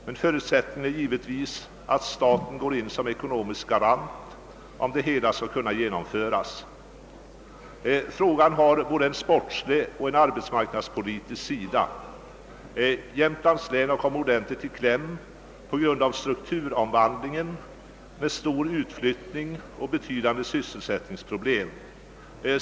Men förutsättningen är givetvis att staten går in som ekonomisk garant, om det hela skall kunna genomföras. Frågan har både en sportslig och en arbetsmarknadspolitisk sida. Jämtlands län har kommit ordentligt i kläm på grund av strukturomvandlingen med stor utflyttning och betydande sysselsättningsproblem.